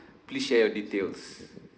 please share your details